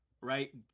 right